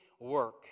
work